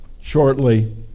shortly